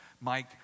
Mike